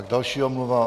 Další omluva.